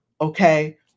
Okay